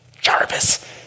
Jarvis